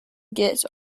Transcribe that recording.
get